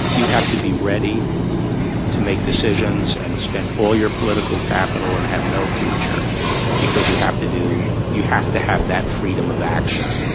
you have to be ready to make decisions and spend all your political capital and have no future because you have to do you have to have that freedom of action.